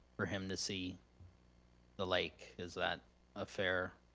for him to see the lake. is that a fair?